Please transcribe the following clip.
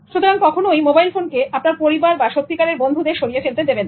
সুতরাং কখনোই মোবাইল ফোনকে আপনার পরিবার এবং সত্যিকারের বন্ধুদের সরিয়ে ফেলতে দেবেন না